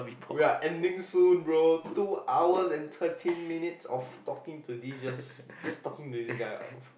we are ending soon bro two hours and thirteen minutes of talking to this just just talking to this guy ah